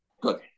Good